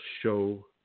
show